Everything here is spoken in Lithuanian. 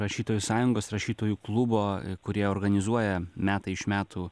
rašytojų sąjungos rašytojų klubo kurie organizuoja metai iš metų